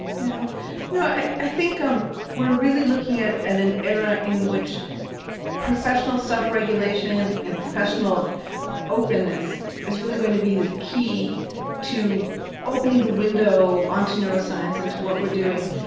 yeah know i i think um we're really looking at and an era in which professional self-regulation and professional openness is really going to be the key to opening the window onto neuroscience and to what we're doing.